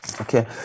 Okay